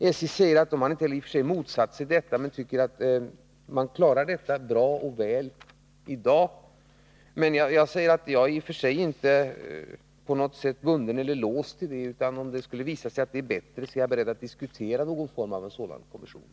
Från SJ:s sida har man sagt att man i och för sig inte motsätter sig en nyordning men att man tycker att man klarar utredningarna när det gäller säkerheten bra i dag. Jag är emellertid inte på något sätt bunden av SJ:s ställningstagande på den punkten, utan om det skulle visa sig att det är bättre med någon form av kommission i det här avseendet så är jag beredd att diskutera det.